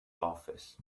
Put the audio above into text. office